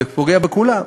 זה פוגע בכולם,